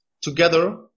together